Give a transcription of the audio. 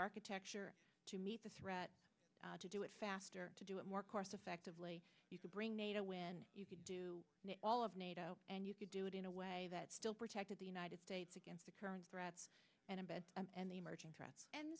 architecture to meet the threat to do it faster to do it more cost effectively you could bring nato when you could do all of nato and you could do it in a way that still protected the united states against the current threats and embed and the emerging threats and